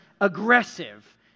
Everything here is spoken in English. aggressive